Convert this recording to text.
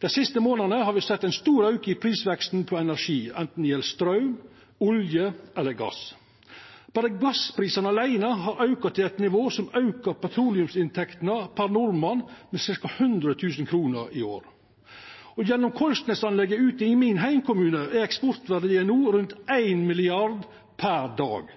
Dei siste månadane har me sett ein stor auke i prisveksten på energi, enten det gjeld straum, olje eller gass. Berre gassprisane aleine har auka til eit nivå som aukar petroleumsinntektene per nordmann med ca. 100 000 kroner i året. Og gjennom Kollsnes-anlegget i min heimkommune er eksportverdien no rundt 1 mrd. kr per dag.